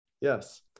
Yes